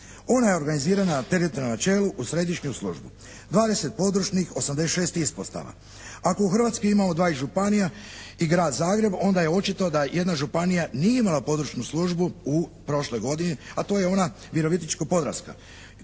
Ona je osigurana na teritorijalnom načelu u središnju službu. 20 područnih, 86 ispostava. Ako u Hrvatskoj imamo 20 županija i Grad Zagreb onda je očito da jedna županija nije imala područnu službu u prošloj godini, a to je ona Virovitičko-Podravska.